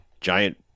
giant